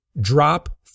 drop